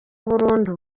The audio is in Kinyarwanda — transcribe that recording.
burundu